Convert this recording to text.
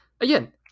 again